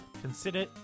consider